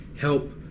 help